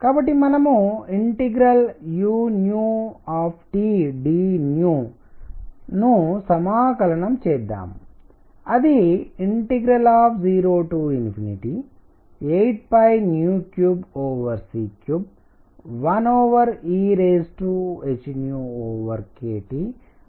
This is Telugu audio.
కాబట్టి మనం u dv ను సమాకలనం చేద్దాం అది 083c31ehkT 1 dv గా వస్తుంది